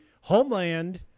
homeland